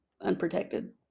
unprotected